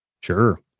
Sure